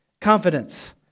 Confidence